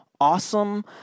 awesome